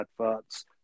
adverts